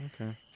okay